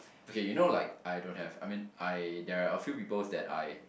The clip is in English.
okay you know like I don't have I mean I there're a few people that I